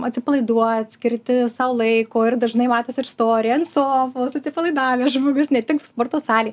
atsipalaiduot skirti sau laiko ir dažnai matosi ir storiai ant sofos atsipalaidavęs žmogus ne tik sporto salėj